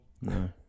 No